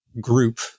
group